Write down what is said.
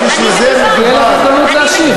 חברת הכנסת ברקו, תהיה לך הזדמנות להשיב.